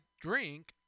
drink